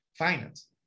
finance